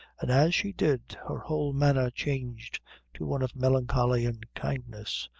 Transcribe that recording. and as she did, her whole manner changed to one of melancholy and kindness.